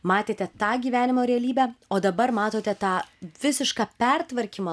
matėte tą gyvenimo realybę o dabar matote tą visišką pertvarkymą